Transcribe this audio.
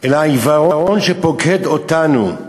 אלא על העיוורון שפוקד אותנו.